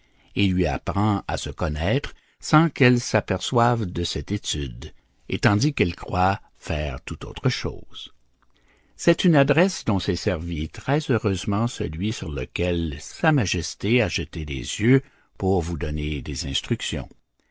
et lui apprend à se connaître sans qu'elle s'aperçoive de cette étude et tandis qu'elle croit faire tout autre chose c'est une adresse dont s'est servi très heureusement celui sur lequel sa majesté a jeté les yeux pour vous donner des instructions